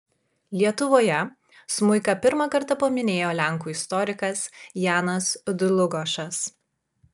lietuvoje smuiką pirmą kartą paminėjo lenkų istorikas janas dlugošas